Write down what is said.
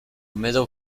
medal